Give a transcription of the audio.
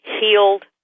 healed